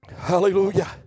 Hallelujah